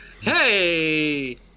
hey